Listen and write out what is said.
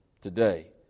today